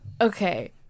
okay